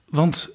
want